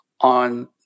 on